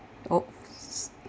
oops